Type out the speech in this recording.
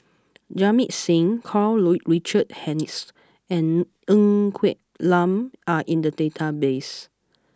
Jamit Singh Karl Richard Hanitsch and Ng Quee Lam are in the database